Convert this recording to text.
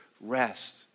rest